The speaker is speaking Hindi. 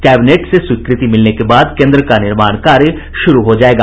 कैबिनेट से स्वीकृति मिलने के बाद केन्द्र का निर्माण कार्य शुरू हो जायेगा